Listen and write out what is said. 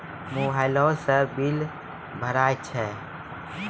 Mobile से भी bill भरा जाता हैं?